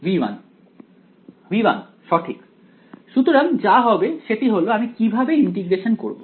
V1 সঠিক সুতরাং যা হবে সেটি হলো আমি কিভাবে ইন্টিগ্রেশন করব